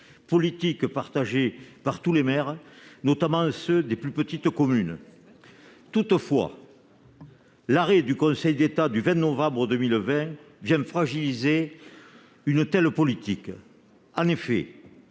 politique est partagée par tous les maires, notamment par ceux des plus petites communes. Toutefois, l'arrêt du Conseil d'État du 20 novembre 2020 vient fragiliser une telle politique. En effet,